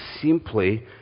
simply